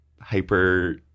hyper